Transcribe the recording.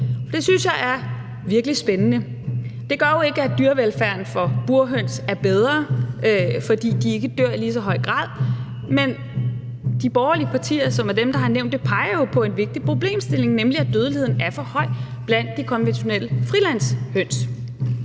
Det synes jeg er virkelig spændende. Det gør jo ikke, at dyrevelfærden for burhøns er bedre, at de ikke i lige så høj grad dør, men de borgerlige partier, som er dem, der har nævnt det, peger jo på en vigtig problemstilling, nemlig at dødeligheden er for høj blandt de konventionelle frilandshøns.